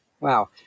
Wow